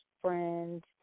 friends